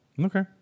Okay